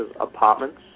apartments